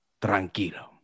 tranquilo